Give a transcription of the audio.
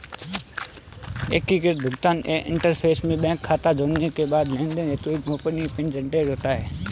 एकीकृत भुगतान इंटरफ़ेस में बैंक खाता जोड़ने के बाद लेनदेन हेतु एक गोपनीय पिन जनरेट होता है